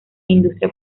industria